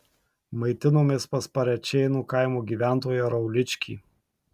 maitinomės pas parėčėnų kaimo gyventoją rauličkį